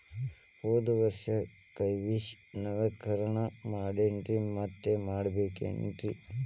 ಹೋದ ವರ್ಷ ಕೆ.ವೈ.ಸಿ ನವೇಕರಣ ಮಾಡೇನ್ರಿ ಮತ್ತ ಮಾಡ್ಬೇಕೇನ್ರಿ?